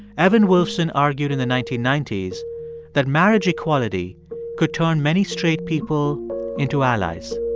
evan wolfson argued in the nineteen ninety s that marriage equality could turn many straight people into allies